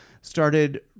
started